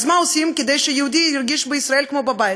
אז מה עושים כדי שיהודי ירגיש בישראל כמו בבית?